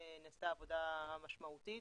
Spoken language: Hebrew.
נעשתה עבודה משמעותית.